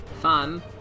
Fun